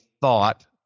thought